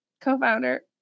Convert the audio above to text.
co-founder